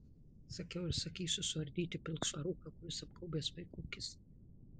sakiau ir sakysiu suardyti pilkšvą rūką kuris apgaubęs vaiko akis